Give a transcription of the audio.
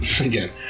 Again